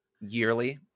yearly